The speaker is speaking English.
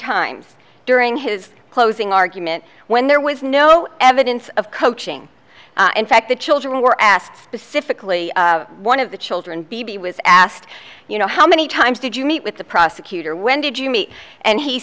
times during his closing argument when there was no evidence of coaching in fact the children were asked specifically one of the children beebe was asked you know how many times did you meet with the prosecutor when did you meet and he